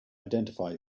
identify